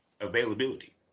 Availability